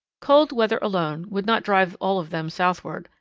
cold weather alone would not drive all of them southward,